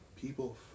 people